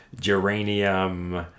geranium